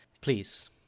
Please